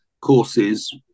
courses